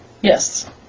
Yes